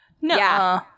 No